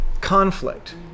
conflict